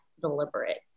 deliberate